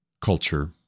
culture